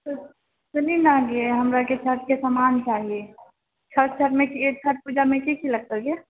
सुनहि ने गे हमराके छठिके समान चाही छठ आरमे छठ पूजामे की की लगतौ गे